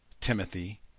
Timothy